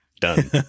done